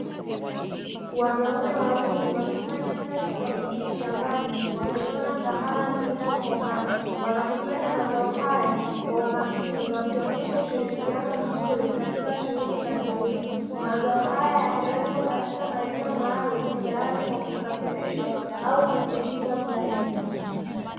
Wanaume wawili wakifanya kazi kwa bidii shambani, wakivuna kahawa zilizokomaa. Wanakusanya mazao hayo kwa umakini, wakionesha ushirikiano mzuri katika shughuli za kilimo. Mazao haya yamewekwa katika maeneo maalumu, tayari kwa kusafirishwa au kusindikwa zaidi.